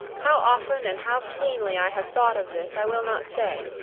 how often and how keenly i have thought of this, i will not say.